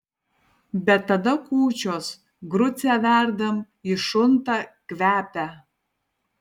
bet tada kūčios grucę verdam ji šunta kvepia